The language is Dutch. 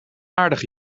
aardige